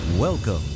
Welcome